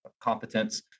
competence